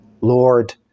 Lord